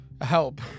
Help